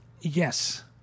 yes